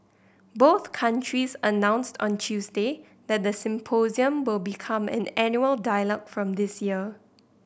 both countries announced on Tuesday that the symposium will become an annual dialogue from this year